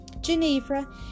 Geneva